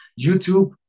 YouTube